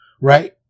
right